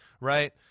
right